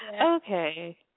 okay